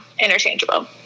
interchangeable